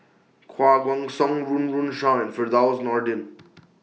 Koh Guan Song Run Run Shaw and Firdaus Nordin